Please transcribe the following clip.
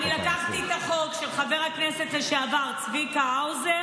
אני לקחתי את החוק של חבר הכנסת לשעבר צביקה האוזר